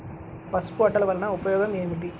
పసుపు అట్టలు వలన ఉపయోగం ఏమిటి?